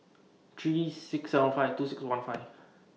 three six seven five two six one five